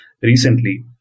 recently